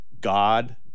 God